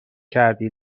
کردی